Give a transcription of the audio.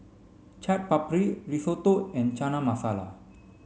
Chaat Papri Risotto and Chana Masala